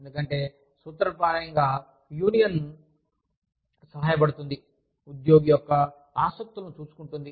ఎందుకంటే సూత్రప్రాయంగా యూనియన్ సహాయపడుతుంది ఉద్యోగి యొక్క ఆసక్తులను చూసుకుంటుంది